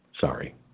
Sorry